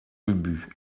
ubu